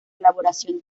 elaboración